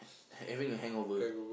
having a hangover